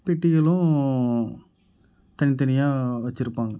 பெட்டிகளும் தனித்தனியாக வைச்சிருப்பாங்க